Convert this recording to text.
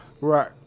Right